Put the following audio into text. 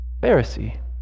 Pharisee